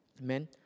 Amen